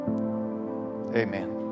amen